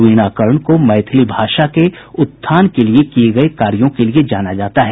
वीणा कर्ण को मैथिली भाषा के उत्थान के लिए किये गये कार्यों के लिए जाना जाता है